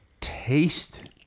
taste